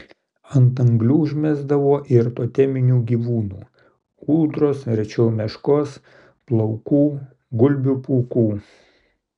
ant anglių užmesdavo ir toteminių gyvūnų ūdros rečiau meškos plaukų gulbių pūkų